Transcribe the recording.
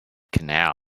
canal